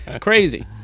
Crazy